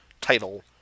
title